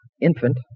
infant